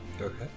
Okay